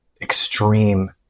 extreme